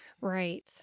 Right